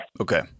Okay